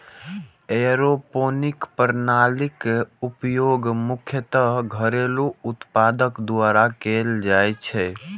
aeroponic प्रणालीक उपयोग मुख्यतः घरेलू उत्पादक द्वारा कैल जाइ छै